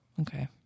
Okay